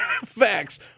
Facts